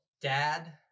dad